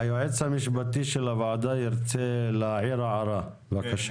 היועץ המשפטי של הוועדה רוצה להעיר הערה, בבקשה.